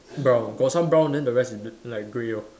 brown got some brown then the rest is bl~ like grey lor